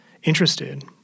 interested